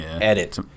edit